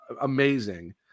amazing